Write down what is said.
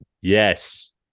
Yes